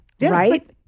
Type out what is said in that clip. right